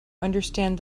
understand